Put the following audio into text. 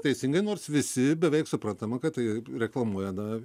teisingai nors visi beveik suprantama kad tai reklamuoja na